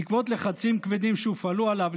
בעקבות לחצים כבדים שהופעלו עליו,